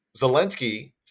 Zelensky